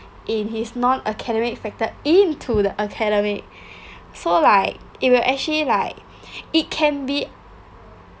in his non academic factor into the academic so like it will actually like it can be